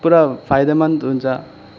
पुरा फाइदामन्द हुन्छ